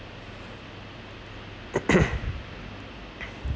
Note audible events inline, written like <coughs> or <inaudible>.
<coughs>